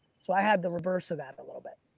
so i had the reverse of that a little bit.